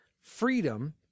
freedom